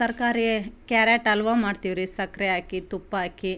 ತರಕಾರಿ ಕ್ಯಾರೆಟ್ ಹಲ್ವಾ ಮಾಡ್ತೀವ್ರಿ ಸಕ್ಕರೆ ಹಾಕಿ ತುಪ್ಪ ಹಾಕಿ